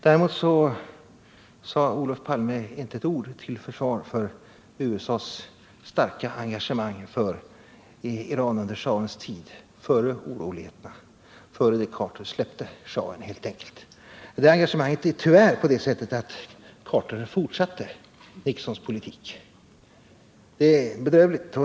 Däremot sade Olof Palme inte ett ord till försvar för USA:s starka engagemang för Iran före oroligheterna, innan Carter släppte schahen helt enkelt. Med det engagemanget förhåller det sig tyvärr på det sättet att Carter fortsatte Nixons politik. Det är bedrövligt.